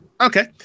Okay